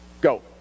Go